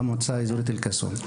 במועצה האזורית אלקסום.